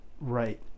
Right